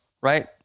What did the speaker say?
right